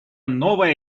новая